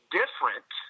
different